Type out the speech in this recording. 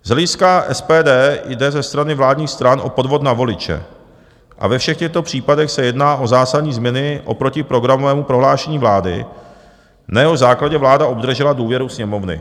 Z hlediska SPD jde ze strany vládních stran o podvod na voliče a ve všech těchto případech se jedná o zásadní změny oproti programovému prohlášení vlády, na jehož základě vláda obdržela důvěru Sněmovny.